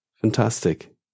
fantastic